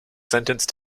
sentenced